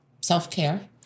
self-care